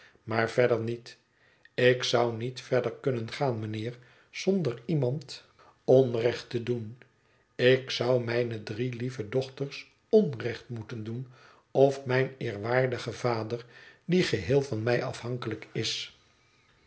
maar verder niet ik zou niet verder kunnen gaan mijnheer zonder iemand onrecht te doen ik zou mijne drie lieve dochters onrecht moeten doen of mijn eerwaardigen vader die geheel van mij afhankelijk is